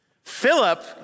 Philip